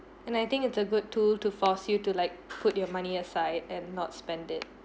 and I think it's a good too to force you to like put your money aside and not spend it